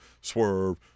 Swerve